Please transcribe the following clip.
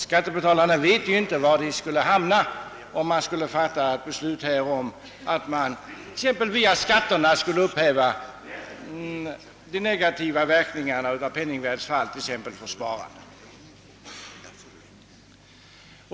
Skattebetalarna vet inte var de skulle hamna om beslut fattades om att exempelvis via skatterna upphäva de negativa verkningarna för spararna av penningvärdets fall.